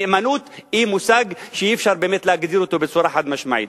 נאמנות היא מושג שאי-אפשר באמת להגדיר אותו בצורה חד-משמעית.